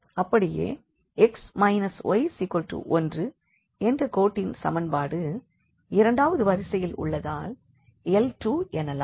அப்படியே x y1என்ற கோட்டின் சமன்பாடு இரண்டாவது வரிசையில் உள்ளதால் L 2 எனலாம்